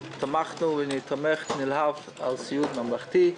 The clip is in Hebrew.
תמכנו, ואני תומך נלהב בסיעוד ממלכתי.